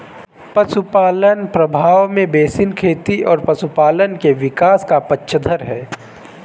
पशुपालन प्रभाव में बेसिन खेती और पशुपालन के विकास का पक्षधर है